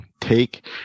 take